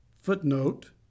Footnote